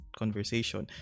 conversation